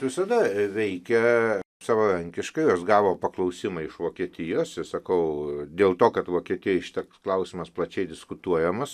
visada veikia savarankiškai jos gavo paklausimą iš vokietijos ir sakau dėl to kad vokietijoj šitas klausimas plačiai diskutuojamas